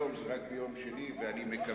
הרי זה לא היום, זה רק ביום שני, ואני מקווה,